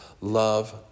Love